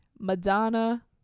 Madonna